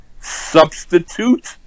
substitute